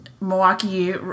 Milwaukee